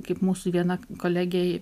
kaip mūsų viena kolegė